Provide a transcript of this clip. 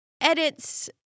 edits